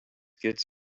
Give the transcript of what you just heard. gets